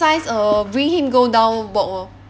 uh bring him go down walk lor